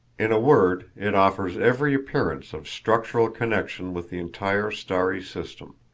in a word, it offers every appearance of structural connection with the entire starry system.